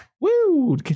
Woo